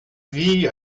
vie